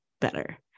better